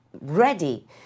ready